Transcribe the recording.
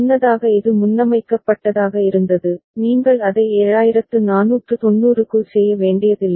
முன்னதாக இது முன்னமைக்கப்பட்டதாக இருந்தது நீங்கள் அதை 7490 க்கு செய்ய வேண்டியதில்லை